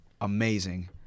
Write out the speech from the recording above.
amazing